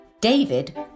David